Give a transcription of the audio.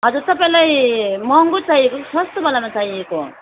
हजुर तपाईँलाई महँगो चाहिएको कि सस्तोवालामा चाहिएको